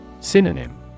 Synonym